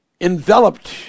enveloped